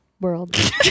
World